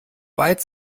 weit